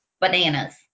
bananas